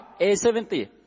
A70